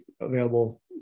available